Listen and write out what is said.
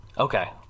okay